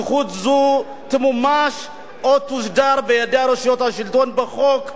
זכות זו תמומש או תוסדר בידי רשויות השלטון בחוק,